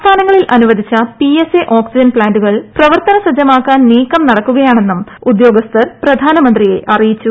സംസ്ഥാനങ്ങളിൽ അനുവദിച്ച PSA oxygen പ്ലാന്റുകൾ പ്രവർത്തനസജ്ജമാക്കാൻ നീക്കം നടക്കുക യാണെന്നും ഉദ്യോഗസ്ഥർ പ്രധാനമന്ത്രിയെ അറിയിച്ചു